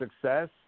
success